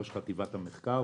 ראש חטיבת המחקר,